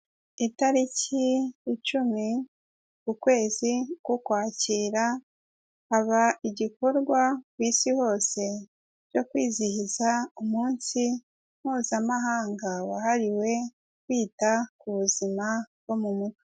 Itariki icumi, ukwezi k'ukwakira haba igikorwa ku isi hose cyo kwizihiza umunsi mpuzamahanga wahariwe kwita ku buzima bwo mu mutwe.